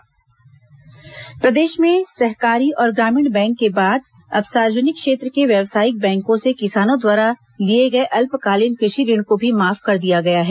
अल्पकालीन कृषि ऋण माफ प्रदेश में सहकारी और ग्रामीण बैंक के बाद अब सार्वजनिक क्षेत्र के व्यावसायिक बैंकों से किसानों द्वारा लिए गए अल्पकालीन कृषि ऋण को भी माफ कर दिया गया है